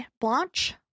Blanche